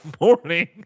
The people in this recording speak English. morning